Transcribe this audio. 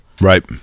Right